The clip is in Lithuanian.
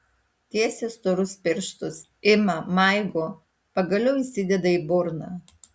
tiesia storus pirštus ima maigo pagaliau įsideda į burną